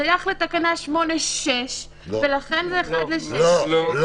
שייך לתקנה 8(6), ולכן זה 7:1. לא.